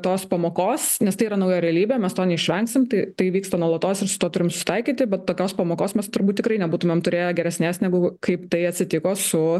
tos pamokos nes tai yra nauja realybė mes to neišvengsim tai tai vyksta nuolatos su tuo turim susitaikyti bet tokios pamokos mes turbūt tikrai nebūtumėm turėję geresnes negu kaip tai atsitiko su